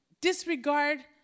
disregard